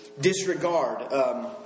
disregard